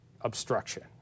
obstruction